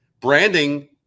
Branding